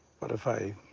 but if i,